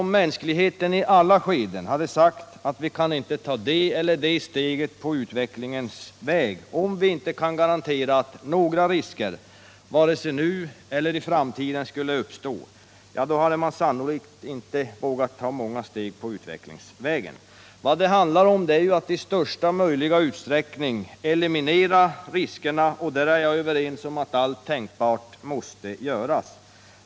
Om mänskligheten i alla skeden hade sagt, att man inte hade kunnat ta det eller det steget på utvecklingens väg, om man inte kunde garantera att inga risker vare sig nu eller i framtiden skulle uppstå, hade man sannolikt inte vågat ta många steg på den vägen. Vad det handlar om är att i största möjliga utsträckning eliminera riskerna, och på den punkten håller jag med om att alla tänkbara åtgärder måste vidtas.